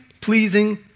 pleasing